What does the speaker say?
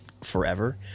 forever